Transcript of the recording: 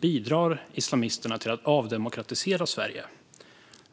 bidrar islamisterna till att avdemokratisera Sverige.